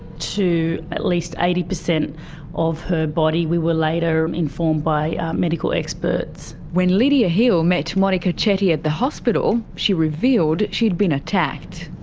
to at least eighty percent of her body we were later informed by medical experts. when lidia hill met monika chetty at the hospital, she revealed she'd been attacked.